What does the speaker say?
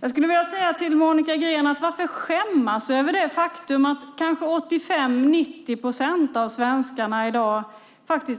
Jag skulle vilja säga till Monica Green: Varför skämmas över det faktum att 85-90 procent av svenskarna i dag